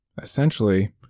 essentially